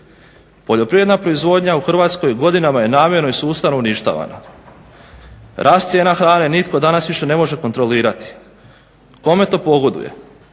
Poljoprivredna proizvodnja u Hrvatskoj godinama je namjerno i sustavno uništavana. Rast cijena hrane nitko danas više ne može kontrolirati. Kome to pogoduje?